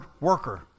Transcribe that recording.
worker